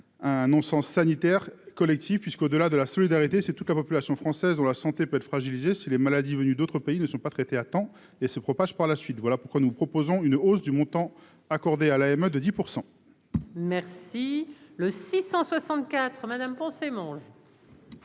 un non-sens sanitaires collectifs puisqu'au-delà de la solidarité, c'est toute la population française ou la santé peut être fragiliser si les maladies venus d'autres pays ne sont pas traitées à temps et se propage par la suite, voilà pourquoi nous proposons une hausse du montant accordé à l'AME de 10 %. Merci le 664 Madame Poncet, monde.